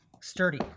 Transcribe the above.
Sturdy